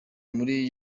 muri